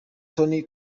tony